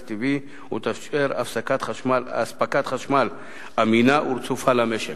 טבעי ותאפשר אספקת חשמל אמינה ורצופה למשק.